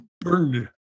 burned